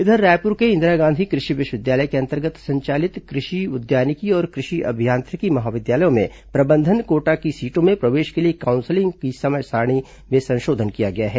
इधर रायपुर के इंदिरा गांधी कृषि विश्वविद्यालय के अंतर्गत संचालित कृषि उद्यानिकी और कृषि अभियांत्रिकी महाविद्यालयों में प्रबंधन कोटा की सीटों में प्रवेश के लिए काउंसिलिंग की समय सारिणी में संशोधन किया गया है